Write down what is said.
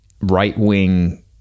right-wing